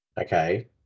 Okay